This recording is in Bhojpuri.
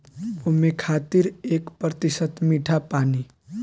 ओमें खातिर एक प्रतिशत मीठा पानी